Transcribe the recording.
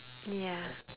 ya